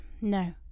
No